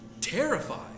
terrified